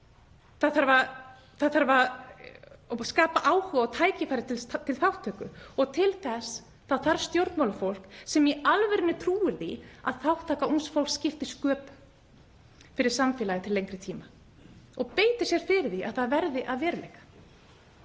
það þarf að skapa áhuga og tækifæri til þátttöku. Til þess þarf stjórnmálafólk sem í alvörunni trúir því að þátttaka ungs fólks skipti sköpum fyrir samfélagið til lengri tíma og beitir sér fyrir því að það verði að veruleika.